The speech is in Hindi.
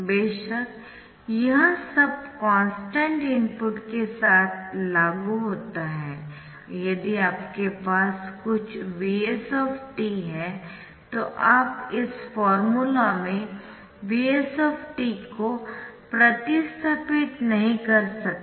बेशक यह सब कॉन्स्टन्ट इनपुट के साथ लागू होता है और यदि आपके पास कुछ Vs है तो आप इस फॉर्मूला में Vs को प्रतिस्थापित नहीं कर सकते है